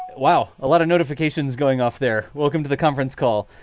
well, a lot of notifications going off there. welcome to the conference call.